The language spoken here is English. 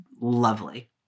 lovely